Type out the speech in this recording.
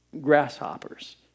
grasshoppers